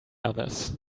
others